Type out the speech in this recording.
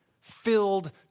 filled